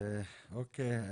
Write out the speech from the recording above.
אוקיי.